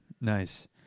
nice